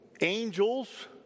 angels